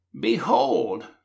Behold